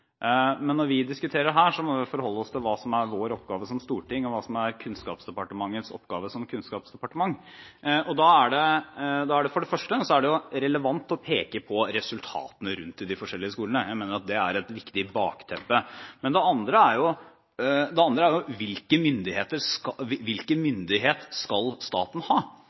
men når vi diskuterer her, må vi forholde oss til hva som er Stortingets oppgave som storting, og hva som er Kunnskapsdepartementets oppgave som kunnskapsdepartement. Det er for det første relevant å peke på resultatene rundt de forskjellige skolene. Jeg mener at det er et viktig bakteppe. Det andre er hvilken myndighet staten skal ha.